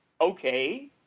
okay